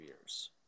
years